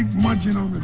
munching on